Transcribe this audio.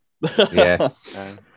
yes